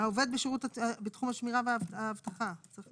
העובד בשירות בתחום השמירה והאבטחה הסכים